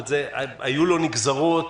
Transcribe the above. היו לו נגזרות